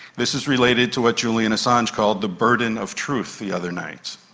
this is related to what julian assange called the burden of truth' the other night.